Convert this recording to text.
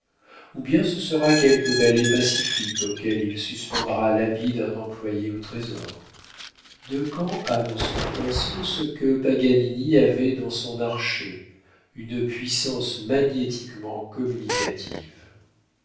ou bien ce sera quelque balai pacifique auquel il suspendra l'habit d'un employé au trésor decamps a dans son pinceau ce que paganini avait dans son archet une puissance magnétiquement communicative